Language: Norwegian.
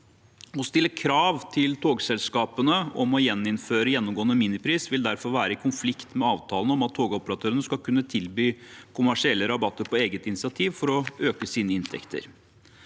Å stille krav til togselskapene om å gjeninnføre gjennomgående minipris vil derfor være i konflikt med avtalen om at togoperatørene skal kunne tilby kommersielle rabatter på eget initiativ for å øke sine inntekter.